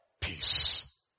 peace